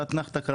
אתנחתא קלה.